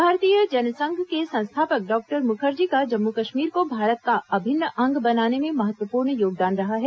भारतीय जनसंघ के संस्थापक डॉक्टर मुखर्जी का जम्मू कश्मीर को भारत का अभिन्न अंग बनाने में महत्वपूर्ण योगदान रहा है